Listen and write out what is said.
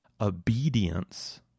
Obedience